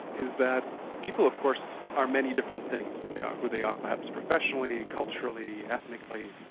is that people of course are many different things. they are who they are perhaps professionally, culturally, ethnically,